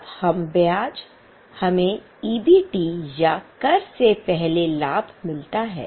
तब कम ब्याज हमें EBT या कर से पहले लाभ मिलता है